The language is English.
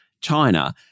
China